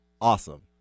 awesome